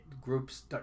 groups